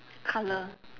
colour